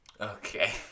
Okay